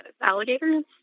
alligators